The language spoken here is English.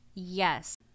Yes